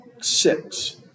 six